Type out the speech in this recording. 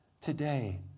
today